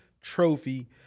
Trophy